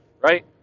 right